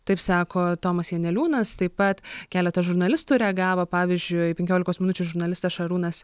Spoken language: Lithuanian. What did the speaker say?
taip sako tomas janeliūnas taip pat keletas žurnalistų reagavo pavyzdžiui penkiolikos minučių žurnalistas šarūnas